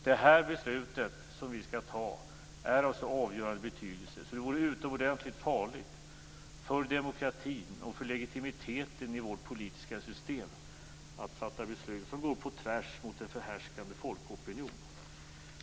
Det beslut vi skall fatta är av så avgörande betydelse att det vore utomordentligt farligt för demokratin och för legitimiteten i vårt politiska system om det skulle gå på tvärs mot en förhärskande folkopinion.